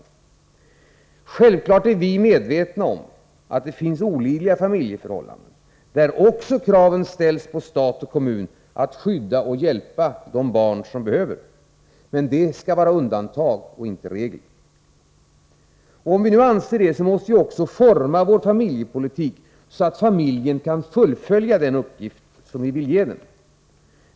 Vi är självfallet medvetna om att det finns olidliga familjeförhållanden, där också kraven ställs på stat och kommun att skydda och hjälpa de barn som så behöver. Detta skall emellertid vara undantag och inte regel. Om vi har den uppfattningen måste vi också forma vår familjepolitik så, att familjen kan fullfölja den uppgift vi vill ge den.